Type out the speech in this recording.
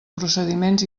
procediments